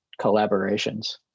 collaborations